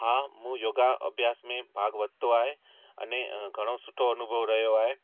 हा मां योगा अभ्यास में भाग वरितो आहे अने घणो सुठो अनुभव रहियो आहे